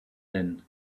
din